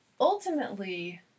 ultimately